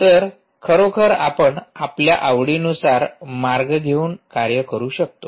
तर खरोखर आपण आपल्या आवडीनुसार मार्ग घेऊन कार्य करू शकतो